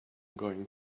going